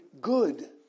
good